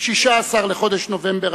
16 בחודש נובמבר